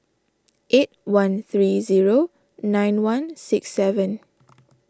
eight one three zero nine one six seven